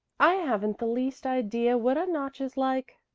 i haven't the least idea what a notch is like,